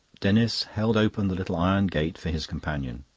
denis held open the little iron gate for his companion.